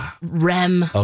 REM